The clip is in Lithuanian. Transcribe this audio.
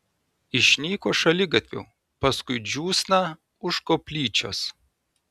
išnyko šaligatviu paskui džiūsną už koplyčios